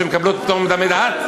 שמקבלות פטור מטעמי דת?